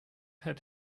had